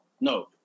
no